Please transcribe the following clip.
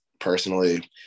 personally